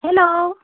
hello